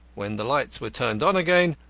when the lights were turned on again,